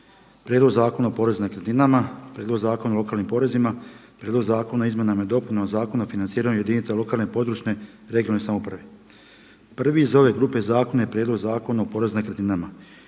Prijedlog Zakona o porezu na nekretninama, prijedlog Zakona o lokalnim porezima, prijedlog Zakona o izmjenama i dopunama Zakona o financiranju jedinica lokalne, područne i regionalne samouprave. Prvi iz ove grupe zakona je prijedlog Zakona o porezu na nekretninama